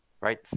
Right